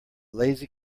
lazy